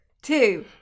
Two